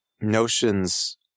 notions